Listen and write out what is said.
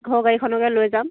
ঘৰৰ গাড়ীখনকে লৈ যাম